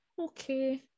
okay